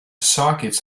sockets